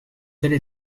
telle